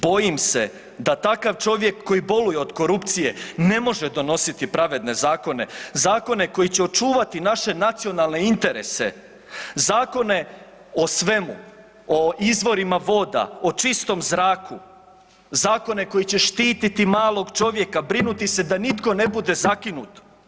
Bojim se da takav čovjek koji boluje od korupcije ne može donositi pravedne zakone, zakone koji će očuvati naše nacionalne interese, zakone o svemu, o izvorima voda, o čistom zraku, zakone koji će štititi malog čovjeka, brinuti se da nitko ne bude zakinut.